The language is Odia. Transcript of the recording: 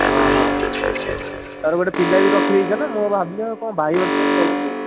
ହଁ ହଁ ତାପରେ ଗୋଟେ ପିଲା ବି ରଖିଦେଇଛ ନା ମୁଁ ଭାବିଲି ଆଉ କ'ଣ ଭାଇ